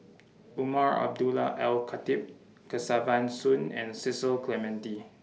Umar Abdullah Al Khatib Kesavan Soon and Cecil Clementi